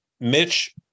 Mitch